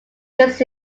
this